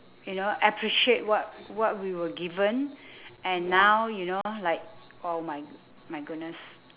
you know appreciate what what we were given and now you know like oh my my goodness